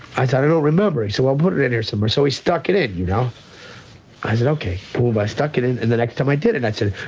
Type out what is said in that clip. i said, i don't remember. he said, well put it in here somewhere. so we stuck it in. you know i said okay, boom. i stuck it in, and the next time i did it, i said,